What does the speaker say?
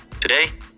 Today